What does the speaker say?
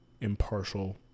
impartial